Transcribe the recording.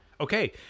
Okay